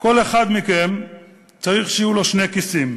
כל אחד מכם צריך שיהיו לו שני כיסים,